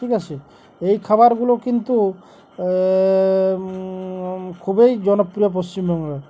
ঠিক আছে এই খাবারগুলো কিন্তু খুবই জনপ্রিয় পশ্চিমবঙ্গের